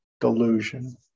delusion